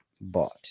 bought